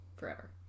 Forever